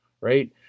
right